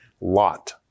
Lot